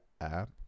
app